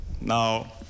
Now